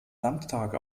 landtag